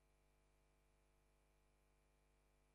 חברי חברי הכנסת, איציק כהן, זה חוק נהדר.